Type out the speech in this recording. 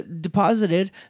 deposited